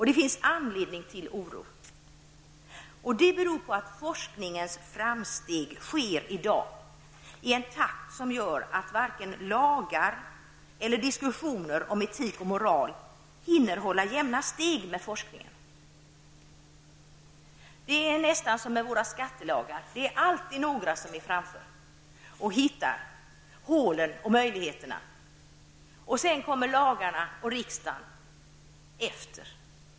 Det finns anledning till oro. Forskningens framsteg sker i dag i en takt som gör att varken lagar eller diskussioner om etik och moral hinner hålla jämna steg med forskningen. Det är nästan som med våra skattelagar. Det är alltid några som är före och hittar hålen och möjligheterna. Sedan kommer lagarna och riksdagen efter.